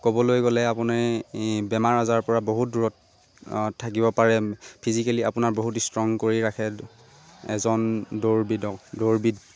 ক'বলৈ গ'লে আপুনি বেমাৰ আজাৰপৰা বহুত দূৰত থাকিব পাৰে ফিজিকেলি আপোনাৰ বহুত ষ্ট্ৰং কৰি ৰাখে এজন দৌৰবিদক দৌৰবিদ